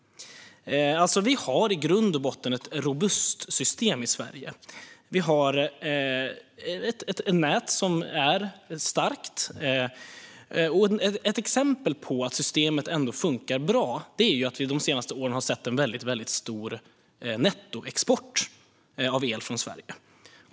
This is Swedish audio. Vi har i grund och botten ett robust system i Sverige. Vi har ett nät som är starkt. Ett exempel på att systemet ändå fungerar bra är att vi de senaste åren har sett en väldigt stor nettoexport av el från Sverige.